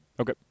Okay